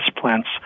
plants